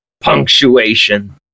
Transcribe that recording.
punctuation